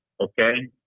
okay